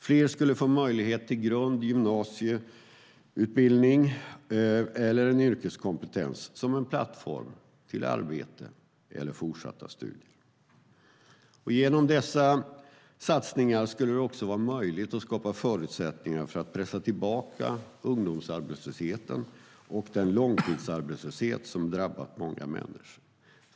Fler skulle få möjlighet till grundskole och gymnasieutbildning eller en yrkeskompetens som en plattform till arbete eller fortsatta studier. Genom dessa satsningar skulle det också vara möjligt att skapa förutsättningar för att pressa tillbaka ungdomsarbetslösheten och den långtidsarbetslöshet som drabbat många människor.